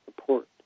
support